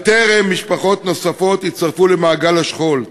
בטרם יצטרפו משפחות נוספות למעגל השכול.